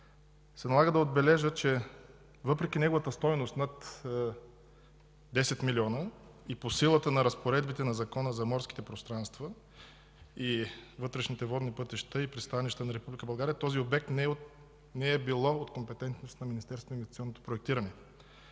се налага да отбележа, че въпреки неговата стойност от над 10 милиона и по силата на разпоредбите на Закона за морските пространства, вътрешните водни пътища и пристанища на Република България, този обект не е бил от компетентност на Министерството на инвестиционното проектиране.